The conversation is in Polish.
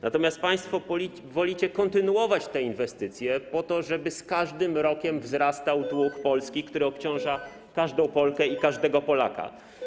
Natomiast państwo wolicie kontynuować te inwestycje po to, żeby z każdym rokiem wzrastał dług Polski, który obciąża każdą Polkę i każdego Polaka.